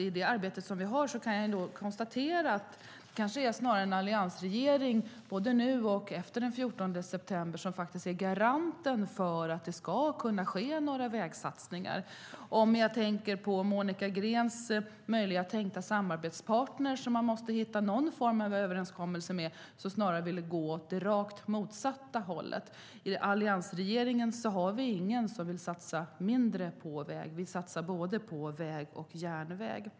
I det arbete vi har kan jag däremot konstatera att det kanske snarare är en alliansregering som både nu och efter den 14 september är garanten för att det ska kunna ske några vägsatsningar. Jag tänker på Monica Greens möjliga, tänkta samarbetsparter, som man måste hitta någon form av överenskommelse med och som snarare vill gå åt det rakt motsatta hållet. I alliansregeringen har vi ingen som vill satsa mindre på väg, utan vi satsar på både väg och järnväg.